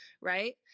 right